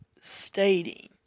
stating